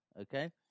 Okay